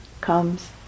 comes